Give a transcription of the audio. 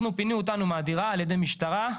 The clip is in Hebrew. אנחנו פינו אותנו מהדירה על ידי משטרה,